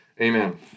Amen